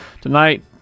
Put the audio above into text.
Tonight